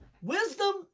wisdom